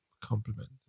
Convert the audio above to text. Compliment